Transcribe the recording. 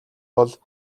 бол